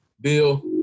Bill